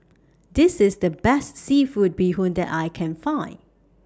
This IS The Best Seafood Bee Hoon that I Can Find